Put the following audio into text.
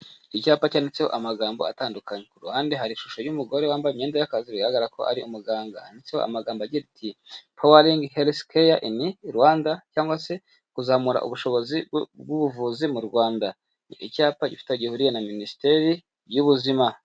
Icyapa cyanditseho amagambo atandukanye ku ruhande hari ishusho y'umugore wambaye imyenda y'akazi bigaragara ko ari umuganga, amagambo agira ati:''Powalingi helifu keya ini Rwanda.'' Cyangwag se kuzamura ubushobozi bw'ubuvuzi mu Rwanda, iki cyapa gifite aho gihuriye na minisiteri y'ubuzima.